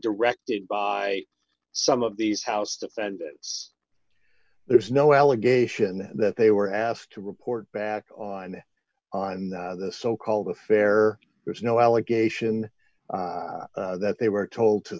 directed by some of these house defendants there's no allegation that they ready were asked to report back on on the so called affair there's no allegation that they were told to